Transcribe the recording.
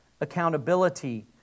accountability